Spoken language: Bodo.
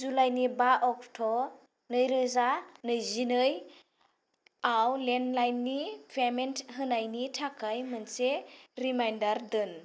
जुलाइनि बा अक्ट' नैरोजा नैजिनैआव लेन्डलाइननि पेमेन्ट होनायनि थाखाय मोनसे रिमाइन्डार दोन